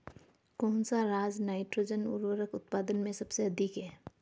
कौन सा राज नाइट्रोजन उर्वरक उत्पादन में सबसे अधिक है?